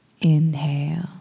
Inhale